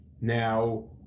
Now